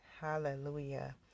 hallelujah